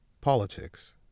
politics